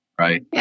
Right